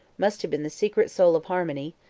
must have been the secret soul of harmony,